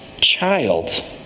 child